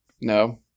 No